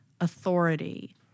authority